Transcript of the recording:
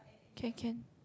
okay can